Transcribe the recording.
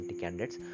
candidates